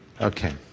Okay